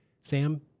Sam